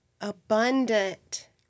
abundant